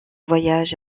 voyage